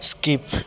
skip